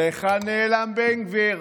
להיכן נעלם בן גביר?